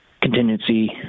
contingency